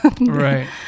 Right